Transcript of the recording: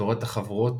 תורת החבורות,